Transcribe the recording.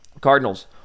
Cardinals